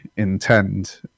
Intend